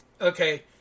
Okay